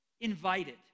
invited